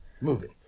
Moving